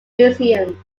museum